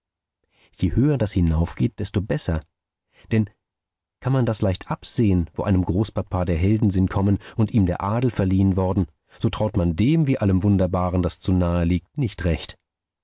je höher das hinaufgeht desto besser denn kann man das leicht absehen wo einem großpapa der heldensinn kommen und ihm der adel verliehen worden so traut man dem wie allem wunderbaren das zu nahe liegt nicht recht